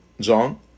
John